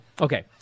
okay